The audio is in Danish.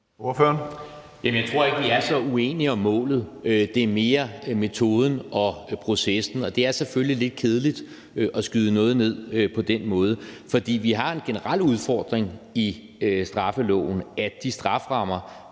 (V): Jamen jeg tror ikke, vi er så uenige om målet. Det er mere metoden og processen, og det er selvfølgelig lidt kedeligt at skyde noget ned på den måde. For vi har en generel udfordring i straffeloven, altså at strafferammerne